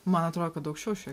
man atrodo kad aukščiau šiaip